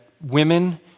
women